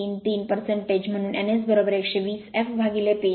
०3333 म्हणून ns १२० f P